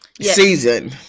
season